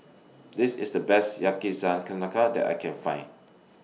This IS The Best Yakizakana Ka that I Can Find